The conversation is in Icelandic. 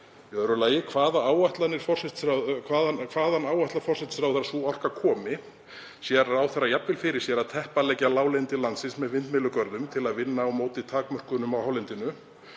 Í öðru lagi: Hvaðan áætlar forsætisráðherra að sú orka komi? Sér ráðherra jafnvel fyrir sér að teppaleggja láglendi landsins með vindmyllugörðum til að vinna á móti takmörkunum á hálendinu?